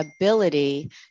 ability